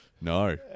No